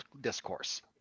discourse